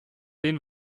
den